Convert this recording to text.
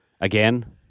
Again